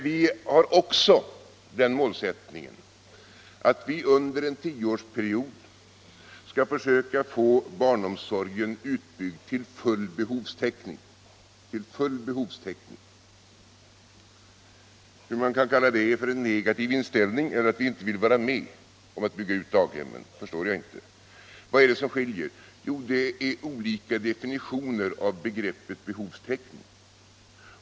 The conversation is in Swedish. Vi har också den målsättningen att vi under en tioårsperiod skall försöka få barnomsorgen utbyggd till full Barnomsorgen Barnomsorgen 50 behovstäckning. Hur man kan kalla det för en negativ inställning eller säga att vi inte vill vara med och bygga ut daghemmen förstår jag inte. Vad är det som skiljer? Jo, det är olika definitioner av begreppet behovstäckning.